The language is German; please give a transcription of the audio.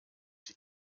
sie